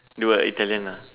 do a Italian ah